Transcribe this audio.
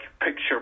picture